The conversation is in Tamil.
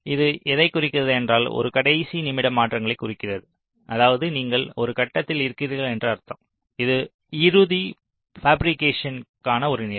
இது எதைக் குறிக்கிறது என்றால் ஒரு கடைசி நிமிட மாற்றங்களைக் குறிக்கிறது அதாவது நீங்கள் ஒரு கட்டத்தில் இருக்கிறீர்கள் என்று அர்த்தம் இது இறுதி பாபிரிகேஷன்க்கான ஒரு நிலை